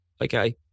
okay